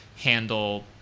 handle